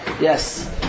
yes